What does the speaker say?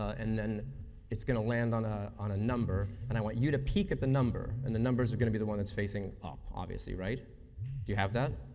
and and it's going to land on ah a number. and i want you to peek at the number, and the number's going to be the one that's facing up, obviously, right? do you have that?